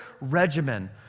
regimen